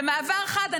במעבר חד,